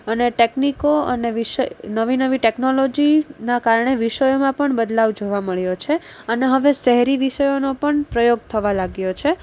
અને ટેકનિકો અને નવી નવી ટેકનોલોજીના કારણે વિષયોમાં પણ બદલાવ જોવા મળ્યો છે અને હવે શહેરી વિષયોનો પણ પ્રયોગ થવા લાગ્યો છે